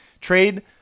trade